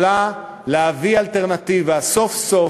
יכולה להביא אלטרנטיבה, סוף-סוף,